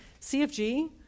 cfg